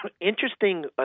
Interesting